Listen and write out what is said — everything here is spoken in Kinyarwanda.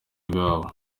bwabo